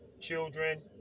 Children